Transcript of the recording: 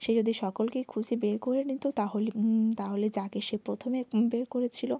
সে যদি সকলকেই খুঁজে বের করে নিত তাহলে তাহলে যাকে সে প্রথমে বের করেছিল